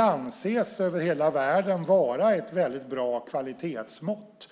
anses vara ett väldigt bra kvalitetsmått.